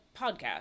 podcast